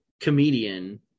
comedian